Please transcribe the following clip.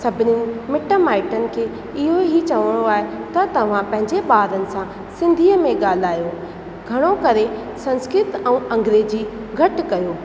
सभिनी मिटु माइटनि खे इहो ई चवणो आहे त तव्हां पंहिंजे ॿारनि सां सिंधीअ में ॻाल्हायो घणो करे संस्कृत ऐं अंग्रेजी घटि कयो